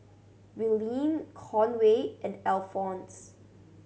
Willene Conway and Alphons